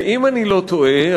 ואם אני לא טועה,